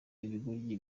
ibigoryi